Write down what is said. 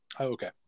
okay